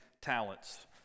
talents